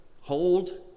hold